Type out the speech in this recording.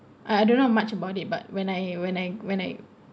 I I don't know much about it but when I when I when I